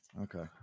Okay